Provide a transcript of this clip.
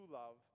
love